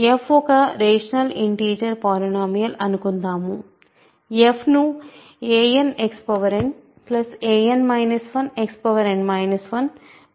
f ఒక rational integer polynomial అనుకుందాం f ను a nXn a n 1 Xn 1